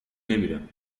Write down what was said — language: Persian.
نمیرم